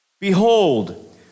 behold